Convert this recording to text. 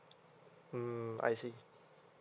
mm I see